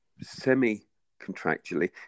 semi-contractually